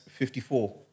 54